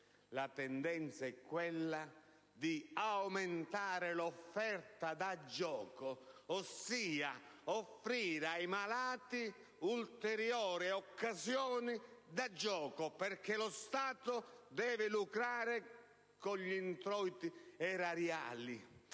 la tendenza è quella di aumentare l'offerta da gioco, ossia offrire ai malati ulteriori occasioni di gioco, perché lo Stato deve lucrare sugli introiti erariali.